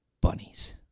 Bunnies